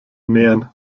nähern